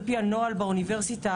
לפי הנוהל באוניברסיטה,